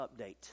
update